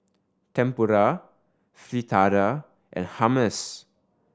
Tempura Fritada and Hummus